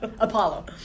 apollo